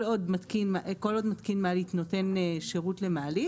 כל עוד מתקין מעלית נותן שירות למעלית.